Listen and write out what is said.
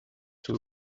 too